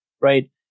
right